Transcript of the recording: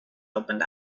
opened